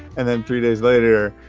and then three days later,